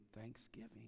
thanksgiving